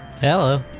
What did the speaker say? Hello